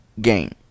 game